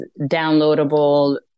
downloadable